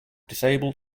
disabled